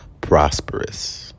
prosperous